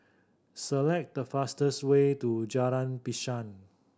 select the fastest way to Jalan Pisang